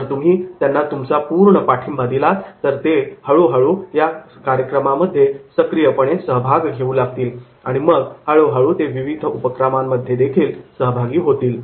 जर तुम्ही त्यांना तुमचा पूर्ण पाठिंबा दिलात तर ते हळूहळू प्रशिक्षण कार्यक्रमामध्ये रस घेऊ लागतील आणि मग हळूहळू ते विविध उपक्रमांमध्ये सक्रिय सहभागी होतील